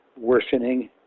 worsening